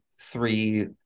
three